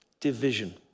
division